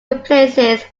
replaces